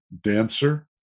dancer